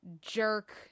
jerk